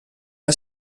una